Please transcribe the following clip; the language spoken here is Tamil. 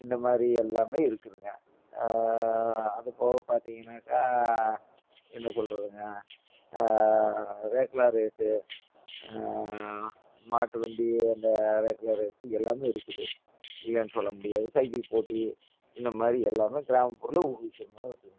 இந்த மாதிரி எல்லாமே இருக்குதுங்க அது போக பார்த்தீங்கனாக்கா என்ன சொல்வதுங்க ரேக்களா ரேஸ்ஸு மாட்டு வண்டி அந்த ரேக்களா ரேஸ்ஸு எல்லாமே இருக்குது இல்லைனு சொல்ல முடியாது சைக்கிள் போட்டி இந்த மாதிரி எல்லாமே கிராமபுறத்தில் ஊக்குவிக்கிற மாதிரி இருக்குதுங்க